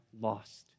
lost